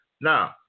Now